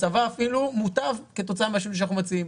מצבה אפילו מוטב כתוצאה ממה שאנחנו מציעים.